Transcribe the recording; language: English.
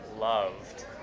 loved